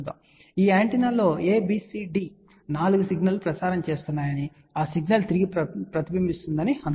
కాబట్టి ఈ యాంటెన్నాల్లోని A B C D 4 signal ప్రసారం చేస్తున్నాయని ఆ సిగ్నల్ తిరిగి ప్రతిబింబిస్తుంది అని అనుకుందాం